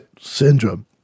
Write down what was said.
syndrome